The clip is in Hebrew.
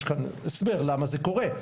יש כאן הסבר למה זה קורה.